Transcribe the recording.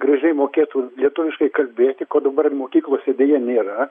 gražiai mokėtų lietuviškai kalbėti ko dabar mokyklose deja nėra